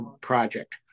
project